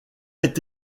est